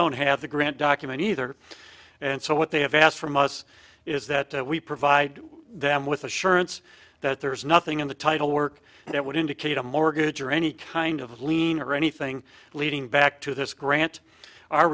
don't have the grant document either and so what they have asked from us is that we provide them with assurance that there is nothing in the title work that would indicate a mortgage or any kind of lean or anything leading back to this grant